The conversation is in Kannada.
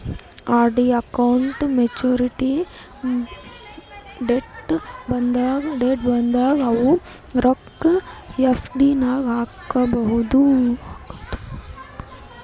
ಆರ್.ಡಿ ಅಕೌಂಟ್ ಮೇಚುರಿಟಿ ಡೇಟ್ ಬಂದಾಗ ಅವು ರೊಕ್ಕಾ ಎಫ್.ಡಿ ನಾಗ್ ಹಾಕದು